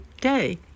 day